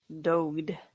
Dogged